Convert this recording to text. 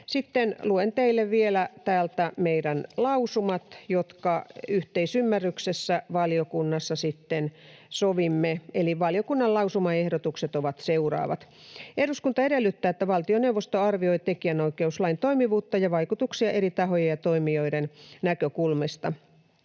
vielä täältä meidän lausumat, jotka yhteisymmärryksessä valiokunnassa sovimme. Eli valiokunnan lausumaehdotukset ovat seuraavat: ”Eduskunta edellyttää, että valtioneuvosto arvioi tekijänoikeuslain toimivuutta ja vaikutuksia eri tahojen ja toimijoiden näkökulmista.